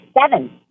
seven